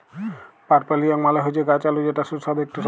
purple yam মালে হচ্যে গাছ আলু যেটা সুস্বাদু ইকটি সবজি